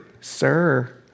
Sir